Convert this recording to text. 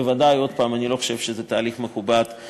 הוא משקף את המציאות המשפטית הישראלית